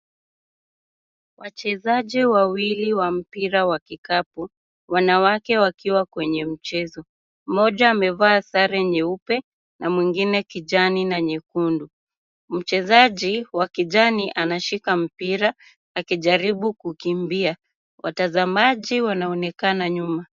Wachezaji wawili wa mpira wa kikapu wanawake wakiwa kwenye mchezo. Mmoja amevaa sare nyeupe na mwengine kijani na nyekundu. Mchezaji wa kijani anashika mpira akijaribu kukimbia. Watazamaji wanaonekana nyuma.